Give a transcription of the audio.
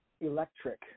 electric